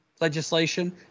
legislation